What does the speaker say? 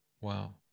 Wow